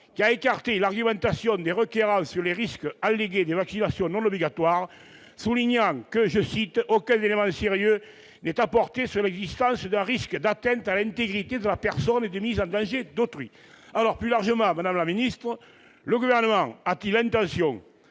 qui a écarté l'argumentation des requérants sur les risques allégués des vaccinations non obligatoires, soulignant « qu'aucun élément sérieux n'est apporté sur l'existence d'un risque d'atteinte à l'intégrité de la personne et de mise en danger d'autrui. » Le Gouvernement a-t-il l'intention